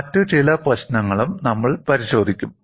മറ്റ് ചില പ്രശ്നങ്ങളും നമ്മൾ പരിശോധിക്കും